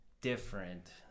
different